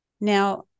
Now